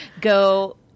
Go